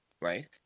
right